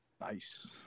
Nice